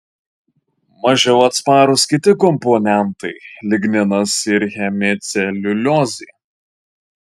mažiau atsparūs kiti komponentai ligninas ir hemiceliuliozė